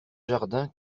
jardin